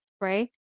right